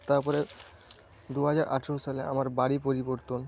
তারপরে দু হাজার আঠেরো সালে আমার বাড়ি পরিবর্তন